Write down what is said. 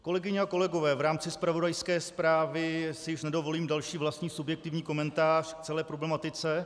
Kolegyně a kolegové, v rámci zpravodajské zprávy si již nedovolím další vlastní subjektivní komentář k celé problematice.